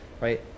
right